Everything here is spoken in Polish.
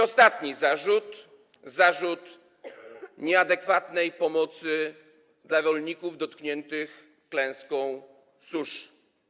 Ostatni zarzut, zarzut nieadekwatnej pomocy dla rolników dotkniętych klęską suszy.